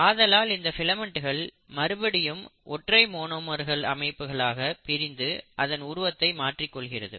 ஆதலால் இந்த ஃபிலமெண்ட்கள் மறுபடியும் ஒற்றை மோனோமர் அமைப்புகளாக பிரிந்து அதன் உருவத்தையும் மாற்றிக் கொள்கிறது